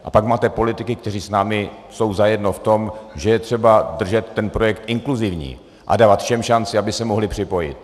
A pak máte politiky, kteří jsou s námi zajedno v tom, že je třeba držet ten projekt inkluzivní a dávat všem šanci, aby se mohli připojit.